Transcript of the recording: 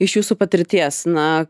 iš jūsų patirties na